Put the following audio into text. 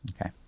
Okay